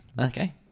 Okay